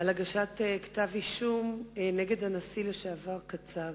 על הגשת כתב אישום נגד הנשיא לשעבר קצב.